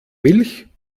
milch